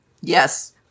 Yes